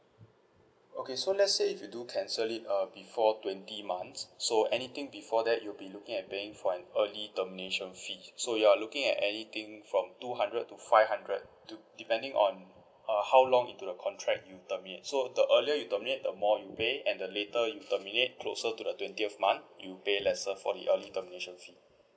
okay so let's say if you do cancel it uh before twenty months so anything before that you'll be looking at paying for an early termination fee so you're looking at anything from two hundred to five hundred dep~ depending on uh how long into the contract you terminate so the earlier you terminate the more you pay and the later you terminate closer to the twentieth month you pay lesser for the early termination fee